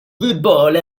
football